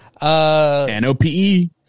N-O-P-E